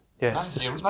yes